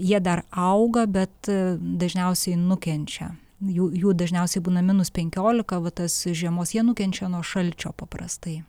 jie dar auga bet dažniausiai nukenčia jų jų dažniausiai būna minus penkiolika vat tas žiemos jie nukenčia nuo šalčio paprastai